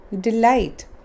delight